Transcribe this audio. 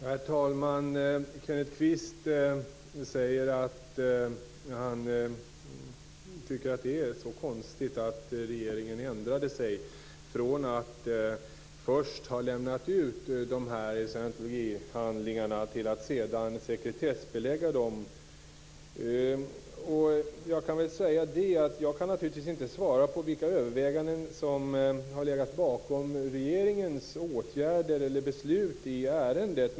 Herr talman! Kenneth Kvist säger att han tycker att det är så konstigt att regeringen ändrade sig från att först ha lämnat ut scientologihandlingarna till att sedan sekretessbelägga dem. Jag kan naturligtvis inte svara på vilka överväganden som har legat bakom regeringens åtgärder eller beslut i ärendet.